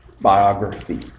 biography